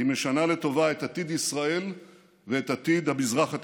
היא משנה לטובה את עתיד ישראל ואת עתיד המזרח התיכון.